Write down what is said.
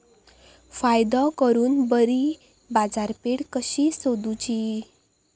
फायदो करून बरी बाजारपेठ कशी सोदुची?